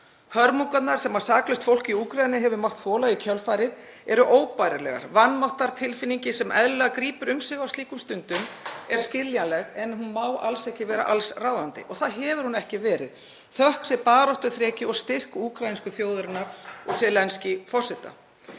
Hörmungarnar sem saklaust fólk í Úkraínu hefur mátt þola í kjölfarið eru óbærilegar. Vanmáttartilfinning sem eðlilega grípur um sig á slíkum stundum er skiljanleg en hún má alls ekki vera allsráðandi og það hefur hún ekki verið, þökk sé baráttuþreki og styrk úkraínsku þjóðarinnar og Zelenskís forseta.